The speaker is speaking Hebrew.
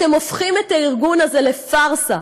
אתם הופכים את הארגון הזה לפארסה.